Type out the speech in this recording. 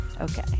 Okay